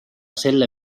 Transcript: selle